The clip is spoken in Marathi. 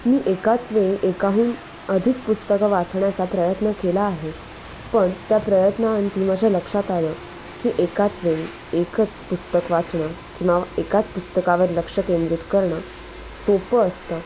मी एकाच वेळी एकाहून अधिक पुस्तकं वाचण्याचा प्रयत्न केला आहे पण त्या प्रयत्नांती माझ्या लक्षात आलं की एकाच वेळी एकच पुस्तक वाचणं किंवा एकाच पुस्तकावर लक्ष केंद्रित करणं सोपं असतं